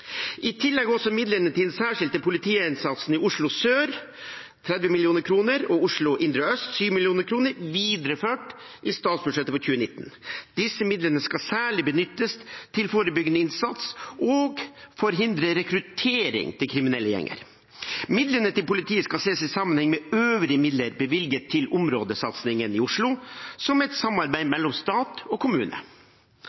I tillegg er også midlene til den særskilte politiinnsatsen i Oslo Sør, 30 mill. kr, og Oslo Indre Øst, 7 mill. kr, videreført i statsbudsjettet for 2019. Disse midlene skal særlig benyttes til forebyggende innsats og forhindre rekruttering til kriminelle gjenger. Midlene til politiet skal ses i sammenheng med øvrige midler bevilget til områdesatsingen i Oslo som et samarbeid